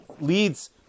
leads